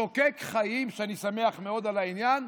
שוקק חיים, ואני שמח מאוד על העניין,